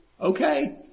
Okay